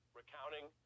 recounting